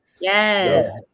Yes